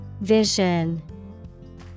Vision